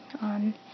on